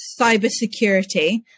cybersecurity